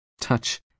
touch